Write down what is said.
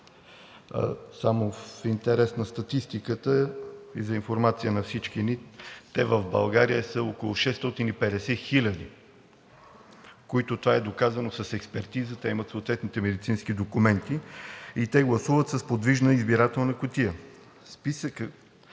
Само в интерес на статистиката и за информация на всички ни – те в България са около 650 хиляди, за които това е доказано с експертиза, те имат съответните медицински документи. Списъкът на лицата, които ще гласуват с подвижна избирателна секция, се